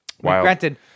granted